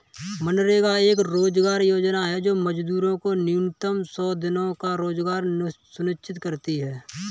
मनरेगा एक रोजगार योजना है जो मजदूरों को न्यूनतम सौ दिनों का रोजगार सुनिश्चित करती है